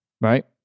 right